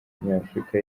nyafurika